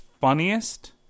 funniest